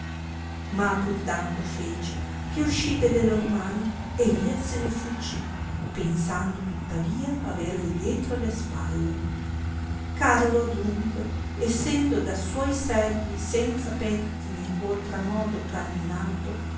ma pur tanto fece che uscì delle lor mani e via se ne fuggì pensando tuttavia averli dietro le spalle carlo adunque essendo da suoi servi senza pettine oltra modo carminato